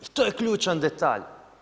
I to je ključan detalj.